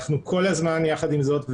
אנחנו כל הזמן יחד עם זאת,